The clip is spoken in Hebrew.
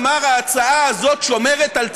אמר: ההצעה הזאת שומרת על צה"ל,